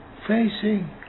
facing